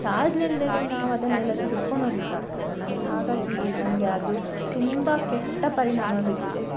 charge ನಿಲ್ಲದೆ ಇದ್ದರೆ ನಾವದನ್ನು ಎಲ್ಲಾದರೂ ಹಿಡ್ಕೊಂಡು ಹೋಗ್ಲಿಕ್ಕಾಗ್ತದಾ ನನಗೆ ಹಾಗಾಗಿ ನನಗೆ ಅದು ತುಂಬ ಕೆಟ್ಟ ಪರಿಣಾಮ ಬಿದ್ದಿದೆ